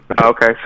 Okay